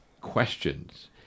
questions